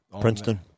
Princeton